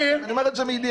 אני אומר את זה מידיעה.